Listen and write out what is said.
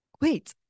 Wait